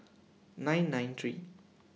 nine nine three